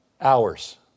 hours